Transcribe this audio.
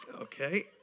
Okay